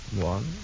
One